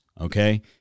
Okay